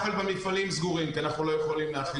גם חדרי האוכל במפעלים סגורים כי אנחנו לא יכולים להאכיל,